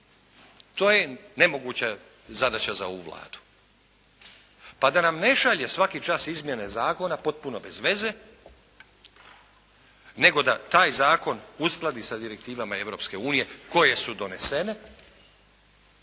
To je nemoguća zadaća za ovu Vladu. Pa da nam ne šalje svaki čas izmjene zakona potpuno bez veze, nego da taj zakon uskladi sa direktivama Europske unije koje su donesene,